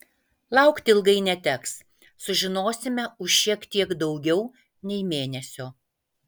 laukti ilgai neteks sužinosime už šiek tiek daugiau nei mėnesio